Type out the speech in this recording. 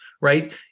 Right